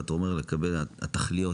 ואתה אומר לגבי התכליות,